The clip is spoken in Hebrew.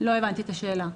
לא הבנתי את השאלה.